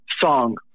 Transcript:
song